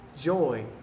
joy